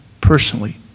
personally